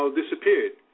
disappeared